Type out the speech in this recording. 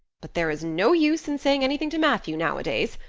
but there is no use in saying anything to matthew nowadays.